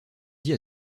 dit